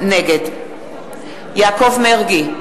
נגד יעקב מרגי,